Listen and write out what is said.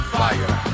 fire